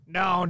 no